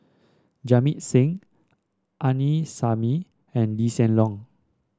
Jamit Singh Aini Salim and Lee Hsien Loong